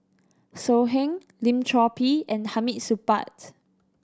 So Heng Lim Chor Pee and Hamid Supaat